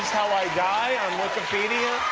how i die on wikipedia?